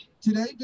today